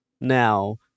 now